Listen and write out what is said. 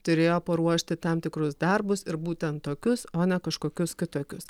turėjo paruošti tam tikrus darbus ir būtent tokius o ne kažkokius kitokius